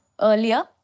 earlier